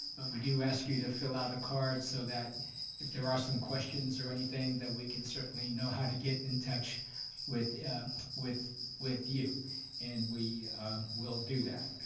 we do ask you to fill out a card so that if there are some questions or anything that we can certainly know how to get in touch with with you and we will do that.